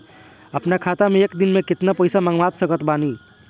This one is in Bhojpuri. अपना खाता मे एक दिन मे केतना पईसा मँगवा सकत बानी?